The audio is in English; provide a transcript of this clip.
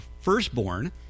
firstborn